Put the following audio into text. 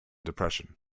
depression